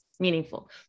Meaningful